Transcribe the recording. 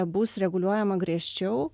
bus reguliuojama griežčiau